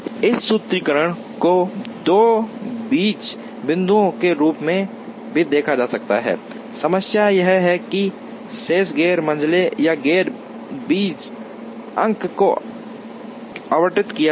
इस सूत्रीकरण को 2 बीज बिंदुओं के रूप में भी देखा जा सकता है समस्या यह है कि शेष गैर मंझले या गैर बीज अंक को आवंटित किया जाए